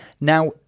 Now